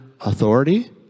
authority